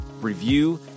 review